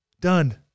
Done